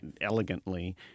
elegantly